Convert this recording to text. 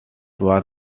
was